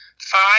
five